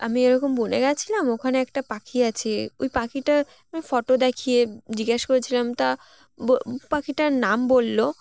আমি এরকম বলে গেছিলাম ওখানে একটা পাখি আছে ওই পাখিটার আমি ফটো দেখিয়ে জিজ্ঞেস করেছিলাম তা পাখিটার নাম বললো